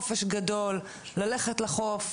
לא על צעדים מכובדים